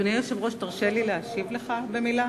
אדוני היושב-ראש, תרשה לי להשיב לך במלה?